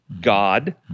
God